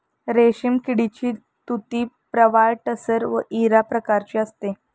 रेशीम किडीची तुती प्रवाळ टसर व इरा प्रकारची असते